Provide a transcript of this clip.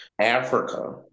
Africa